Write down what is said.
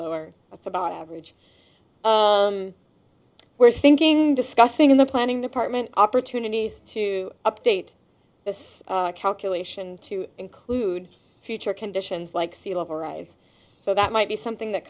lower that's about average we're thinking discussing in the planning department opportunities to update this calculation to include future conditions like sea level rise so that might be something that